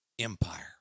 empire